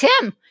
Tim